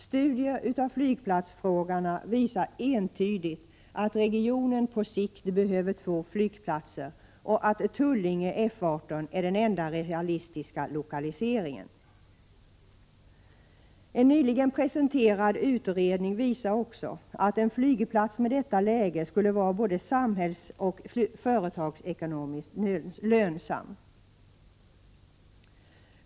Studier av flygplatsfrågorna visar entydigt att regionen på sikt behöver två flygplatser och att Tullinge/F 18 är den enda realistiska lokaliseringen av en ny flygplats. En nyligen presenterad utredning visar också att en flygplats med detta läge skulle vara både samhällsekonomiskt och företagsekonomiskt lönsam.